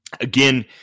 again